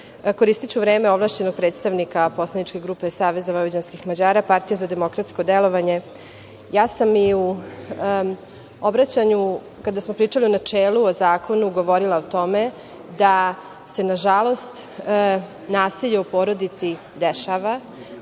organa. Koristiću vreme ovlašćenog predstavnika poslaničke grupe SVM, Partije za demokratsko delovanje. Ja sam i u obraćanju kada smo pričali u načelu o zakonu govorila o tome da se nažalost nasilje u porodici dešava,